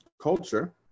culture